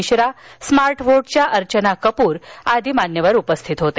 Mishra smart व्होटच्या अर्चना कपूर आदी उपस्थित होते